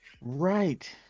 right